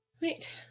Wait